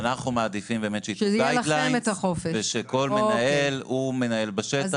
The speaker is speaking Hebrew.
אנחנו מעדיפים שיהיו קווים מנחים ושכל מנהל הוא מנהל בשטח,